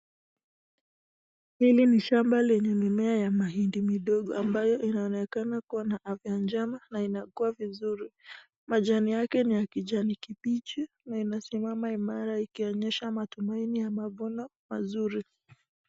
Hili ni shamba lenye mimea ya mahindi midogo ambayo inaonekana kua na afya njema na kua vizuri. Majani haya ni ya kijani kibichi na imesimama imara ikionyesha matumaini ya mavuno mazuri.